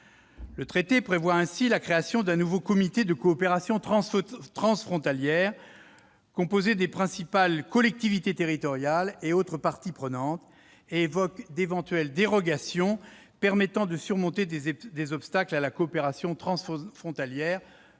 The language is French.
Le traité prévoit ainsi la création d'un nouveau comité de coopération transfrontalière composé des principales collectivités territoriales et autres parties prenantes et évoque d'éventuelles dérogations permettant de surmonter des obstacles à la coopération transfrontalière.